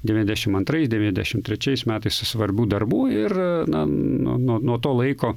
devyniasdešim antrais devyniasdešim trečiais metais svarbių darbų ir na nuo nuo nuo to laiko